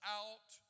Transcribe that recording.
out